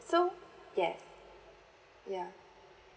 so yes ya